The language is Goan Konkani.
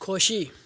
खोशी